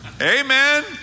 Amen